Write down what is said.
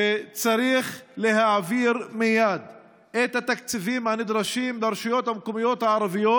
שצריך להעביר מייד את התקציבים הנדרשים לרשויות המקומיות הערביות,